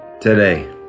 today